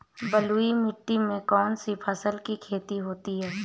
बलुई मिट्टी में कौनसी फसल की खेती होती है?